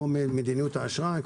מדיניות אשראי,